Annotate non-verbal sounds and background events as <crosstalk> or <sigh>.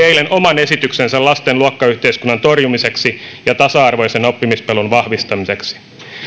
<unintelligible> eilen oman esityksensä lasten luokkayhteiskunnan torjumiseksi ja tasa arvoisen oppimispolun vahvistamiseksi